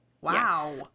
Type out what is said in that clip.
Wow